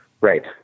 Right